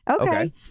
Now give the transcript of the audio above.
Okay